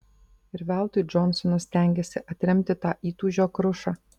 ir veltui džonsonas stengėsi atremti tą įtūžio krušą